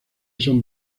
son